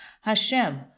Hashem